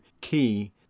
key